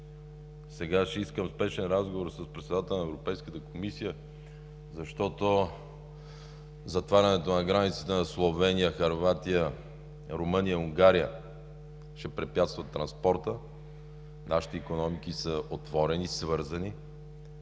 Сега ще искам спешен разговор с председателя на Европейската комисия, защото затварянето на границите на Словения, Хърватия, Румъния и Унгария ще препятства транспорта. Нашите икономики са отворени, свързани.